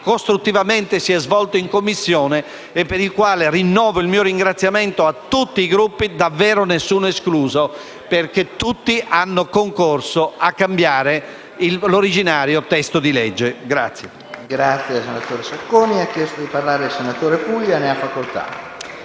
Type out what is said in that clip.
costruttivamente si è svolto in Commissione e per il quale rinnovo il mio ringraziamento a tutti i Gruppi, davvero nessuno escluso, perché tutti hanno concorso a cambiare l'originario testo di legge.